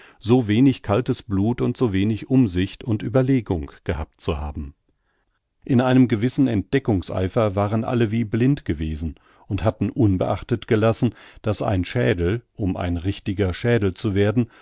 so wenig kaltes blut und so wenig umsicht und überlegung gehabt zu haben in einem gewissen entdeckungseifer waren alle wie blind gewesen und hatten unbeachtet gelassen daß ein schädel um ein richtiger schädel zu werden